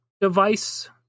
device